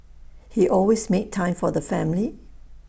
he always made time for the family